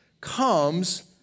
comes